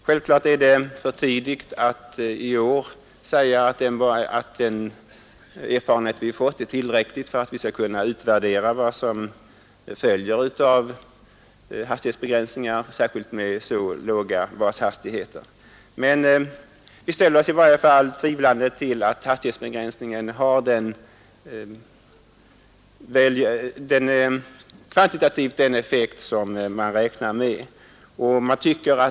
Självklart är det för tidigt att i år säga att vi fått tillräcklig erfarenhet för att kunna utvärdera vad som följer av hastighetsbegränsningar, särskilt så låga bashastigheter. Vi ställer oss emellertid tvivlande till att hastighetsbegränsningen kvantitativt har den effekt som man räknade med.